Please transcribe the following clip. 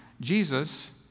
Jesus